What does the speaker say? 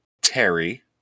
Terry